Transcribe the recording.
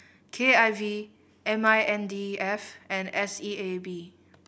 K I V M I N D E F and S E A B